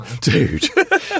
Dude